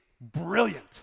brilliant